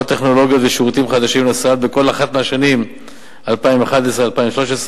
טכנולוגיות ושירותים חדשים לסל בכל אחת מהשנים 2011 2013,